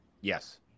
Yes